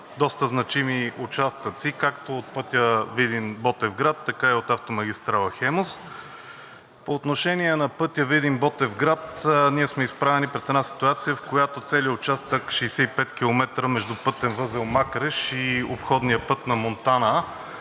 доста значими участъци както от пътя Видин – Ботевград, така и от автомагистрала „Хемус“. По отношение на пътя Видин – Ботевград ние сме изправени пред една ситуация, в която целият участък от 65 км между пътен възел Макреш и обходния път на Монтана